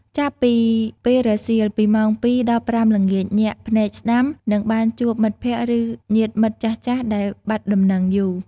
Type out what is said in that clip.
ចាប់ ពីពេលរសៀល ពីម៉ោង ២ ដល់ ៥ ល្ងាច ញាក់ភ្នែកស្តាំ នឹងបានជួបមិត្តភក្តិ ឬញាតិមិត្តចាស់ៗដែលបាត់ដំណឹងយូរ។